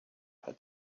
had